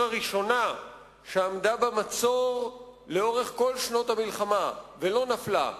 הראשונה שהיתה במצור כל שנות המלחמה ולא נפלה,